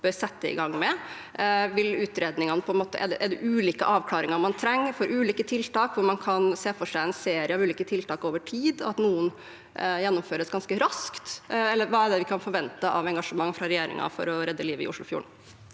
Er det ulike avklaringer man trenger for ulike tiltak, hvor man kan se for seg en serie av ulike tiltak over tid, og at noen gjennomføres ganske raskt? Hva er det vi kan forvente av engasjement fra regjeringen for å redde livet i Oslofjorden?